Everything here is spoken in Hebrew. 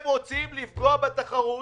הם רוצים לפגוע בתחרות.